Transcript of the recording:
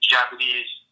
Japanese